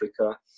Africa